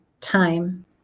time